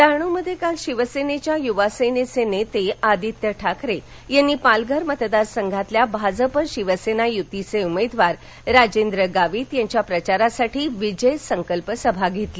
डहाणू मध्ये काल शिवसेनेच्या युवासेनेचे नेते आदित्य ठाकरे यांनी पालघर मतदारसंघातील भाजप शिवसेना युतीचे उमेदवार राजेंद्र गावित यांच्या प्रचारासाठी विजय संकल्प सभा घेतली